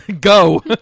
go